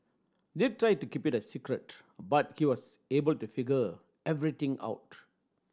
they tried to keep it a secret but he was able to figure everything out